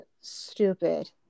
stupid